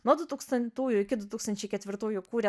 nuo du tūkstantųjų iki du tūkstančiai ketvirtųjų kūrė